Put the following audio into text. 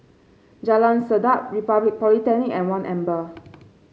Jalan Sedap Republic Polytechnic and One Amber